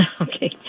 Okay